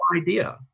idea